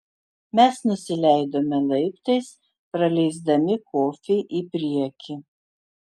mes nusileidome laiptais praleisdami kofį į priekį